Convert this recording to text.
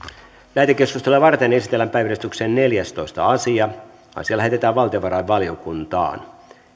lähetekeskustelua varten esitellään päiväjärjestyksen neljästoista asia puhemiesneuvosto ehdottaa että asia lähetetään valtiovarainvaliokuntaan